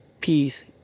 peace